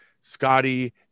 Scotty